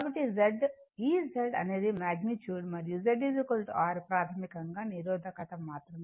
కాబట్టి Z ఈ Z అనేది మాగ్నిట్యూడ్ మరియు Z R ప్రాథమికంగా నిరోధకత మాత్రమే